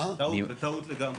טעות, טעות לגמרי.